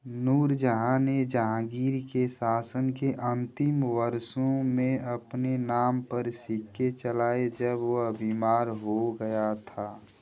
नूरजहाँ ने जहाँगीर के शासन के अंतिम वर्षों में अपने नाम पर सिक्के चलाए जब वह बीमार हो गया था